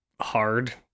hard